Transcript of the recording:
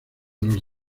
los